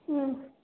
ம்